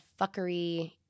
fuckery